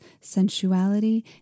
sensuality